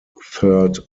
third